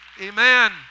Amen